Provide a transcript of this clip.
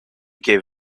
gave